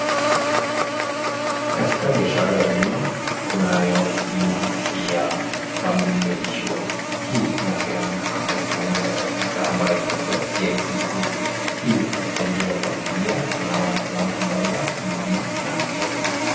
Katika bashara ya bima, kunayo bima ya Family Medi Sure . Hii inapeanwa na kampuni tajika ambaye inaitwa CIC Group , hii inasaidia familia, tunamuona baba, mama na mtoto.